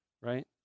right